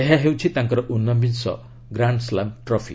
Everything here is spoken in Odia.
ଏହା ହେଉଛି ତାଙ୍କର ଉନବିଂଶ ଗ୍ରାଣ୍ଡସ୍ଲାମ୍ ଟ୍ରଫି